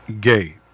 gay